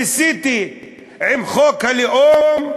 ניסיתי עם חוק הלאום,